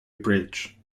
bridge